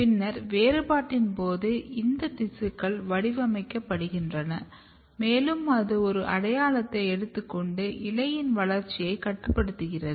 பின்னர் வேறுபாட்டின் போது இந்த திசுக்கள் வடிவமைக்கப்படுகின்றன மேலும் அது ஒரு அடையாளத்தை எடுத்துக் கொண்டு இலையின் வளர்ச்சி கட்டுப்படுத்தப்படுகிறது